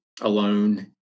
alone